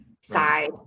side